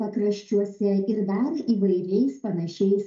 pakraščiuose ir dar įvairiais panašiais